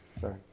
Sorry